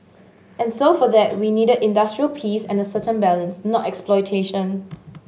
and so for that we needed industrial peace and a certain balance not exploitation